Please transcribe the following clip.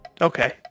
Okay